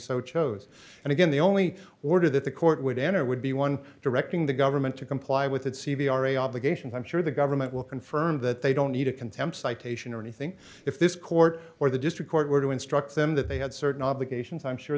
so chose and again the only order that the court would enter would be one directing the government to comply with its c v r a obligations i'm sure the government will confirm that they don't need a contempt citation or anything if this court or the district court were to instruct them that they had certain obligations i'm sure